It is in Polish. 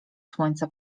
słońca